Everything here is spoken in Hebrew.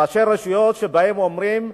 ראשי הרשויות שלהם אומרים: